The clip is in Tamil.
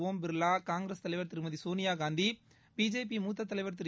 ஒம் பிர்லா காங்கிரஸ் தலைவர் திருமதி சோனியாகாந்தி பிஜேபி மூத்த தலைவர் திரு